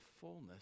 fullness